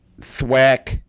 Thwack